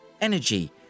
energy